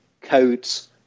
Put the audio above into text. codes